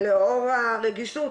ולאור הרגישות